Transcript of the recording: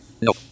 No